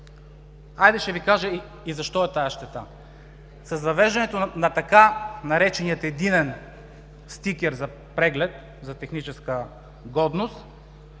Ще Ви кажа и защо е тази щета. С въвеждането на така наречения „единен стикер“ за преглед за техническа годност,